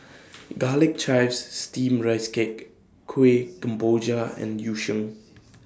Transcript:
Garlic Chives Steamed Rice Cake Kueh Kemboja and Yu Sheng